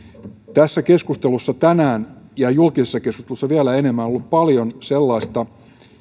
tässä keskustelussa tänään ja julkisessa keskustelussa vielä enemmän on ollut paljon sellaista